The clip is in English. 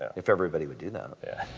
if everybody would do that. i